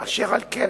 אשר על כן,